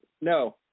No